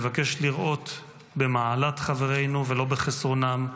נבקש לראות במעלת חברינו ולא בחסרונם,